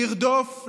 לרדוף,